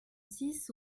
six